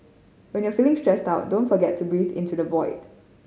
when you are feeling stressed out don't forget to breathe into the void